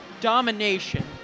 domination